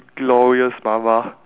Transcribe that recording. glorious mama